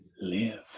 live